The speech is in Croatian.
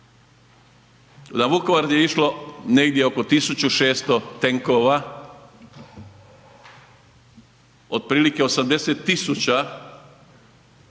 Na Vukovar je išlo negdje oko 1600 tenkova otprilike 80.000